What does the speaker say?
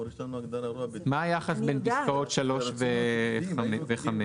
מה היחס בין פסקאות (3) ו-(5)?